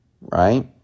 right